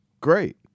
great